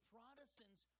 Protestants